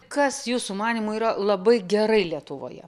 kas jūsų manymu yra labai gerai lietuvoje